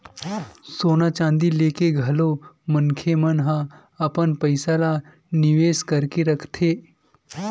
सोना चांदी लेके घलो मनखे मन ह अपन पइसा ल निवेस करके रखथे